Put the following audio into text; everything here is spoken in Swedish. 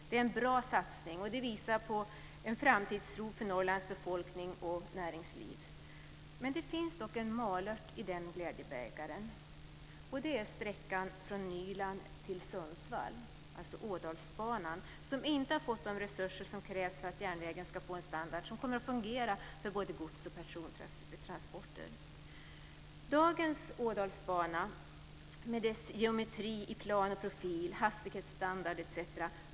Det är en bra satsning som visar på en framtidstro för Det finns dock smolk i glädjebägaren, och det är att sträckan från Nyland till Sundsvall - dvs. Ådalsbanan - inte har fått de resurser som krävs för att järnvägen ska få en standard som fungerar för både gods och persontransporter. Dagens Ådalsbana med dess geometri i plan och profil, hastighetsstandard etc.